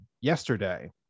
yesterday